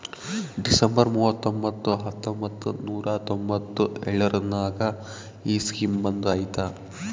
December ಮೂವತೊಂಬತ್ತು ಹತ್ತೊಂಬತ್ತು ನೂರಾ ತೊಂಬತ್ತು ಎಳುರ್ನಾಗ ಈ ಸ್ಕೀಮ್ ಬಂದ್ ಐಯ್ತ